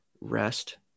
rest